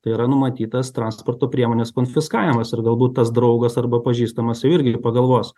tai yra numatytas transporto priemonės konfiskavimas ir galbūt tas draugas arba pažįstamas jau irgi pagalvos